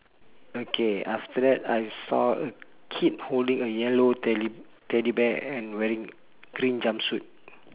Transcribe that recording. okay after that I saw a kid holding a yellow teddy teddy bear and wearing green jumpsuit